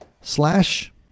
slash